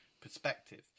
perspective